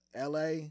LA